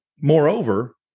moreover